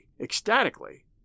ecstatically